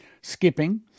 Skipping